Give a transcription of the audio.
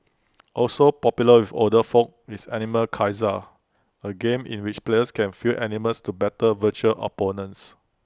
also popular with older folk is animal Kaiser A game in which players can field animals to battle virtual opponents